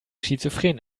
schizophren